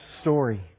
story